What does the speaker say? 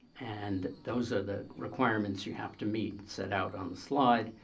and those are the requirements you have to meet. set out on the slide,